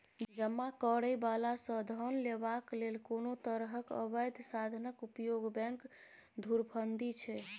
जमा करय बला सँ धन लेबाक लेल कोनो तरहक अबैध साधनक उपयोग बैंक धुरफंदी छै